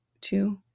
two